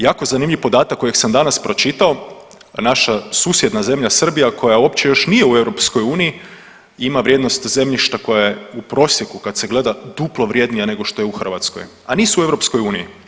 Jako zanimljiv podatak kojeg sam danas pročitao, naša susjedna zemlja Srbija koja uopće još nije u EU ima vrijednost zemljišta koja je u prosijeku kad se gleda duplo vrjednija nego u što je u Hrvatskoj, a nisu u EU.